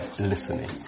listening